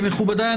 מכובדיי,